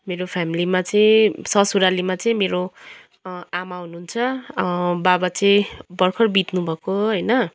मेरो फेमेलीमा चाहिँ ससुरालीमा चाहिँ मेरो आमा हुनुहुन्छ बाबा चाहिँ भर्खर बित्नु भएको होइन